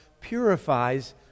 purifies